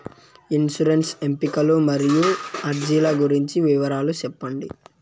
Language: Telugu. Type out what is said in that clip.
ఇన్సూరెన్సు ఎంపికలు మరియు అర్జీల గురించి వివరాలు సెప్పండి